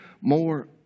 more